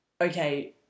okay